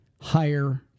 higher